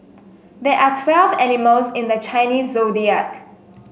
there are twelve animals in the Chinese Zodiac